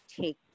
take